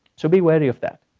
so be wary of that.